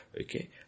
Okay